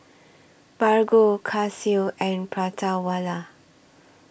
Bargo Casio and Prata Wala